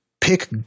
pick